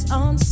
on